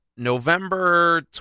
November